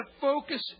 focus